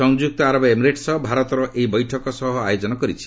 ସଂଯ୍ୟକ୍ତ ଆରବ ଏମିରେଟ୍ସ ସହ ଭାରତ ଏହି ବୈଠକର ସହ ଆୟୋଜନ କରିଛି